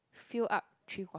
fill up three quarter